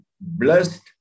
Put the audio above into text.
blessed